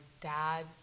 dad